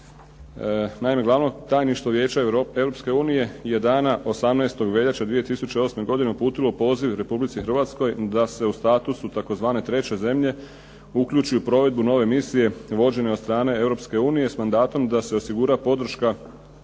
Naime, Glavno tajništvo Europske unije je dana 18. veljače 2008. godine uputilo poziv Republici Hrvatskoj da se o statusu tzv. treće zemlje uključi u provedbu nove misije vođene od strane Europske unije s mandatom da se osigura podrška